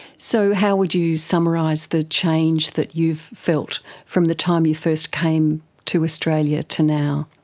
so how would you summarise the change that you've felt from the time you first came to australia to now?